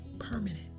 permanent